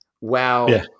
Wow